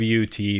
wt